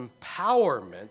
empowerment